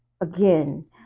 again